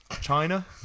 China